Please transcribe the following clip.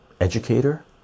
educator